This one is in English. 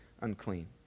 unclean